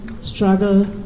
struggle